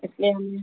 इसलिए हम